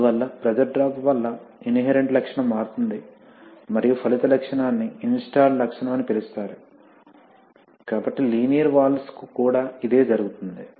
అందువల్ల pressure drop వల్ల inherent లక్షణం మారుతుంది మరియు ఫలిత లక్షణాన్ని ఇన్స్టాల్ల్డ్ లక్షణం అని పిలుస్తారు కాబట్టి లీనియర్ వాల్వ్స్ కు కూడా ఇదే జరుగుతుంది